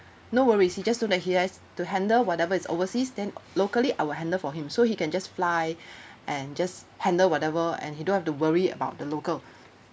no worries he just know that he has to handle whatever is overseas then locally I will handle for him so he can just fly and just handle whatever and he don't have to worry about the local